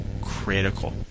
critical